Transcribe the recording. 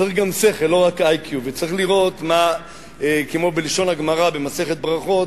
צריך גם שכל, לא רק IQ. בלשון הגמרא, במסכת ברכות: